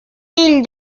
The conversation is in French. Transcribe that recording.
île